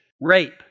rape